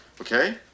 okay